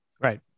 Right